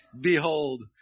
Behold